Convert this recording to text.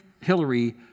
Hillary